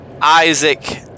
Isaac